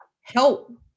help